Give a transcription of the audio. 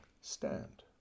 stand